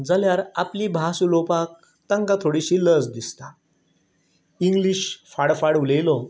जाल्यार आपली भास उलोवपाक तांकां थोडीशी लज दिसता इंग्लीश फाडफाड उलयलो